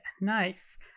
nice